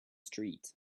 street